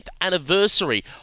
anniversary